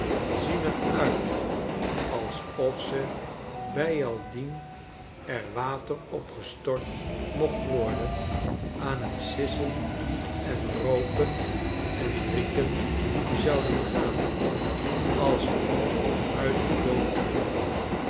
zien er uit alsof ze bijaldien er water op gestort mocht worden aan t sissen en rooken en rieken zouden gaan als een half uitgedoofd vuur